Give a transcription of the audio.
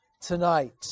tonight